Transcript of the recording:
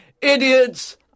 Idiots